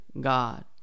God